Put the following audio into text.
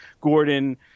Gordon